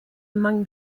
among